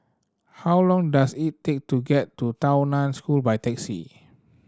how long does it take to get to Tao Nan School by taxi